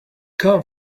come